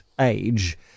age